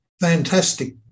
Fantastic